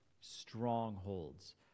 strongholds